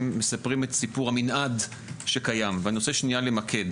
מספרים את סיפור המנעד שקיים ואני רוצה שנייה למקד.